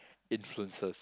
influencers